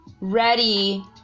ready